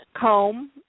comb